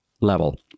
level